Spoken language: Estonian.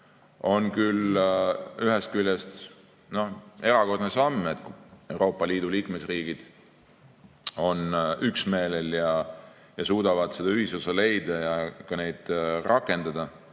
on ühest küljest erakordne samm – Euroopa Liidu liikmesriigid on üksmeelel ja suudavad seda ühisosa leida ja neid sanktsioone